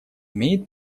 имеет